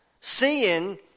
Seeing